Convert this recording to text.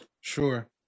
Sure